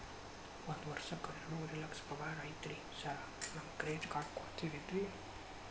ಒಂದ್ ವರ್ಷಕ್ಕ ಎರಡುವರಿ ಲಕ್ಷ ಪಗಾರ ಐತ್ರಿ ಸಾರ್ ನನ್ಗ ಕ್ರೆಡಿಟ್ ಕಾರ್ಡ್ ಕೊಡ್ತೇರೆನ್ರಿ?